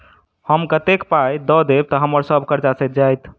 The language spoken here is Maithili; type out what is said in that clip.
हम कतेक पाई आ दऽ देब तऽ हम्मर सब कर्जा सैध जाइत?